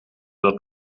dat